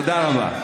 תודה רבה.